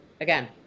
Again